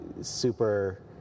super